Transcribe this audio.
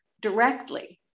directly